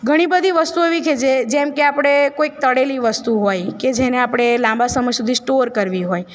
ઘણી બધી વસ્તુઓ એવી છે જે જેમ કે આપણે કોઈક તળેલી વસ્તુ હોય કે જેને આપણે લાંબા સમય સુધી સ્ટોર કરવી હોય